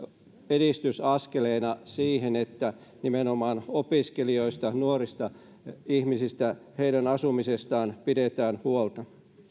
edistysaskeleena siihen että nimenomaan opiskelijoista nuorista ihmisistä ja heidän asumisestaan pidetään huolta